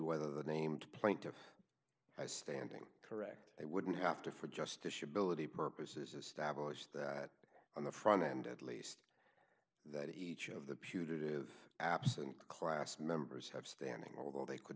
whether the named plaintiff standing correct they wouldn't have to for justice ability purposes establish that on the front end at least that each of the putative absent class members have standing although they could